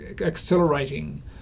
accelerating